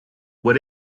what